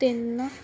ਤਿੰਨ